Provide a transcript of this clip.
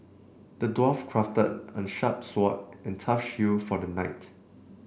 the dwarf crafted a sharp sword and a tough shield for the knight